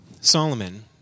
Solomon